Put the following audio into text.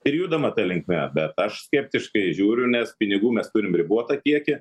ir judama ta linkme bet aš skeptiškai žiūriu nes pinigų mes turim ribotą kiekį